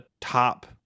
top